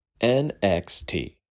NXT